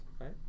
Right